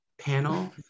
panel